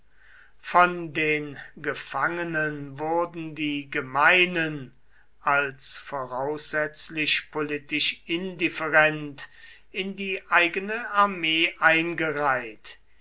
von den gefangenen wurden die gemeinen als voraussetzlich politisch indifferent in die eigene armee eingereiht